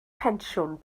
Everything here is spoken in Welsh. pensiwn